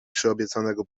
przyobiecanego